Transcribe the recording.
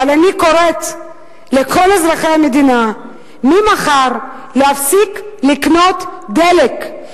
אבל אני קוראת לכל אזרחי המדינה ממחר להפסיק לקנות דלק.